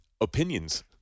Opinions